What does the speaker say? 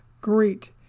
great